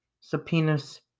subpoenas